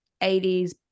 80s